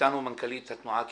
איתנו מנכ"לית התנועה הקיבוצית.